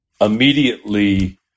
immediately